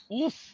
Oof